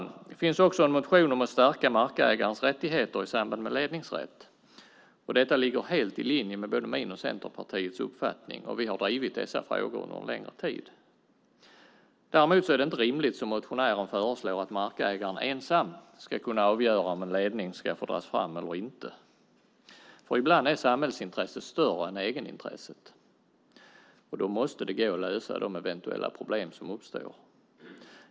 Det finns också en motion om att stärka markägarens rättigheter i samband med ledningsdragning. Detta ligger helt i linje med både min och Centerpartiets uppfattning. Vi har drivit dessa frågor en längre tid. Däremot är det inte rimligt att markägaren ensam ska kunna avgöra om en ledning ska få dras fram eller inte, som motionären föreslår. Ibland är samhällsintresset större än egenintresset, och då måste det gå att lösa de eventuella problem som uppstår.